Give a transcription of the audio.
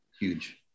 Huge